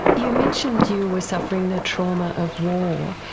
you mentioned you were suffering the trauma of war.